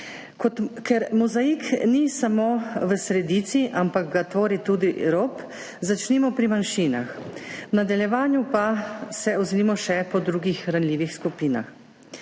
Ker mozaik ni samo v sredici, ampak ga tvori tudi rob, začnimo pri manjšinah, v nadaljevanju pa se ozrimo še po drugih ranljivih skupinah.